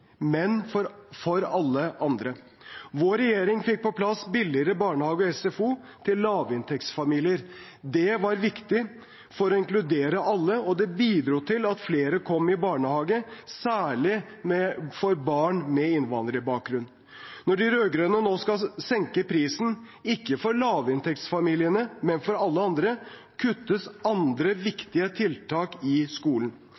men for alle andre. Vår regjering fikk på plass billigere barnehage og SFO til lavinntektsfamilier. Det var viktig for å inkludere alle, og det bidro til at flere kom i barnehage, særlig barn med innvandrerbakgrunn. Når de rød-grønne nå skal senke prisen – ikke for lavinntektsfamiliene, men for alle andre – kuttes andre viktige tiltak i skolen.